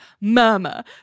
murmur